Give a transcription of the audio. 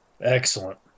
Excellent